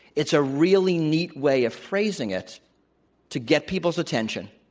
it's a really neat way of phrasing it to get people's attention,